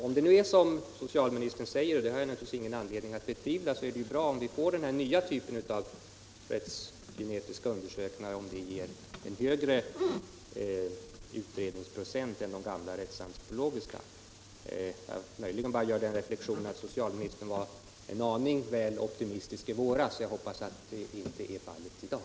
Om det nu är som socialministern säger — och det har jag ingen anledning att betvivla — är det bra om vi får den här nya typen av rättsgenetiska undersökningar, om den ger en högre utredningsprocent än de gamla rättsantropologiska. Möjligen gör jag den reflexionen att socialministern var en aning väl optimistisk i våras. Jag hoppas det inte är fallet i dag.